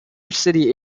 city